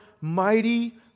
mighty